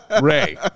Ray